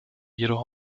jedoch